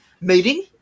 meeting